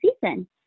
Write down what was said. season